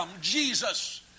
Jesus